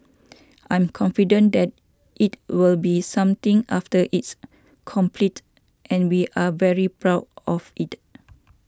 I'm confident that it will be something after it's completed and we are very proud of it